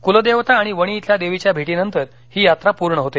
कुलदेवता आणि वणी येथील देवीच्या भेटीनंतर ही यात्रा पूर्ण होते